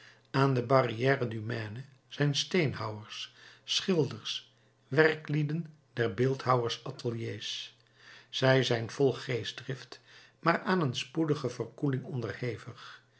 aan de barrière du maine zijn steenhouwers schilders werklieden der beeldhouwers ateliers zij zijn vol geestdrift maar aan een spoedige verkoeling onderhevig